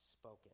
spoken